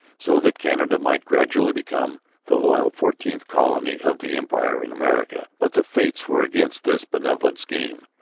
so that canada might gradually become the loyal fourteenth colony of the empire in america. but the fates were against this benevolent scheme.